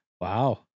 Wow